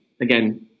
again